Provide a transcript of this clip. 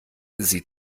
sie